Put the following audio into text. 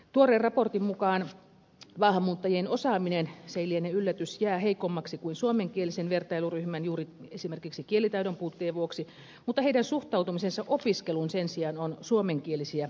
tuoreen raportin mukaan maahanmuuttajien osaaminen se ei liene yllätys jää heikommaksi kuin suomenkielisen vertailuryhmän esimerkiksi juuri kielitaidon puutteen vuoksi mutta heidän suhtautumisensa opiskeluun sen sijaan on suomenkielisiä myönteisempää